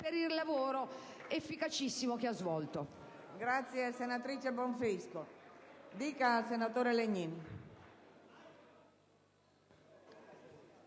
per il lavoro efficacissimo che ha svolto.